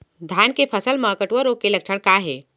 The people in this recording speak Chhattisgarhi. धान के फसल मा कटुआ रोग के लक्षण का हे?